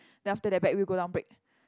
then after that back wheel go down brake